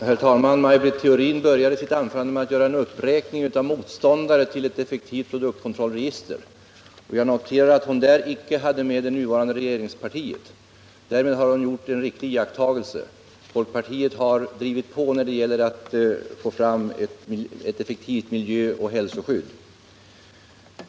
Herr talman! Maj Britt Theorin började sitt anförande med att räkna upp motståndare till ett effektivt produktkontrollregister, och jag noterade att hon icke tog med det nuvarande regeringspartiet. Därmed har hon gjort en riktig iakttagelse. Folkpartiet har drivit på när det gäller att få fram ett effektivt miljöoch hälsoskydd.